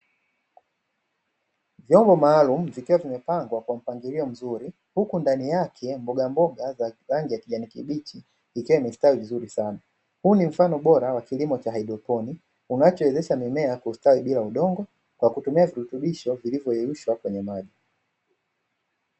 Vyombo maalumu vilivyopangwa kwa mpangilio maalumu, huku ndani yake mboga mboga za rangi ya kijani kibichi zikiwa zimestawi vizuri sana, huu ni mfano bora wa kilimo cha hidroponi kinachowezesha mimea kukuwa bila kuhitaji udongo kwa kutumia virutubisho ili kuyeyushwa kwenye maji.